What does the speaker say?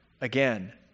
again